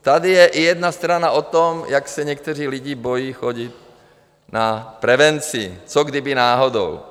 Tady je jedna strana o tom, jak se někteří lidé bojí chodit na prevenci co kdyby náhodou?